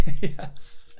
Yes